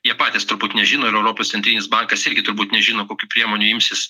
jie patys turbūt nežino ir europos centrinis bankas irgi turbūt nežino kokių priemonių imsis